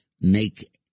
make